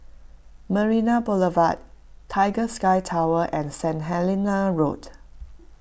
Marina Boulevard Tiger Sky Tower and Saint Helena Road